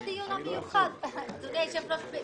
הישיבה ננעלה